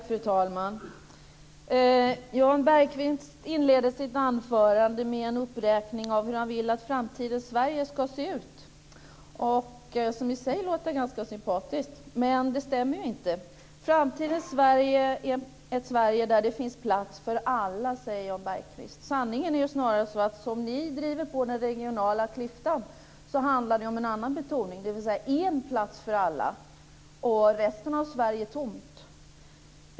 Fru talman! Jan Bergqvist inleder sitt anförande med en uppräkning av hur han vill att framtidens Sverige ska se ut. Det låter i sig ganska sympatiskt. Men det stämmer ju inte. Framtidens Sverige är ett Sverige där det finns plats för alla, säger Jan Bergqvist. Sanningen är ju snarare att det, som ni driver på den regionala klyftan, handlar om en annan betoning, dvs. en plats för alla. Resten av Sverige är tomt.